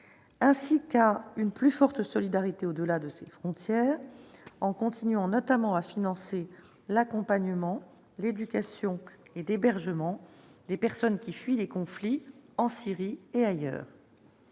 ainsi qu'à une plus forte solidarité au-delà de celles-ci, notamment en continuant à financer l'accompagnement, l'éducation et l'hébergement des personnes qui fuient les conflits, en Syrie et ailleurs.